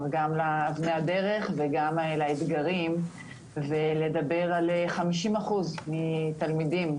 גם לאבני הדרך וגם לאתגרים ולדבר על 50% מתלמידים,